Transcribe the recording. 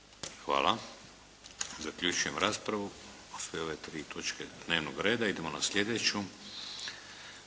Hvala. Zaključujem raspravu. Sve ove tri točke dnevnog reda. **Bebić,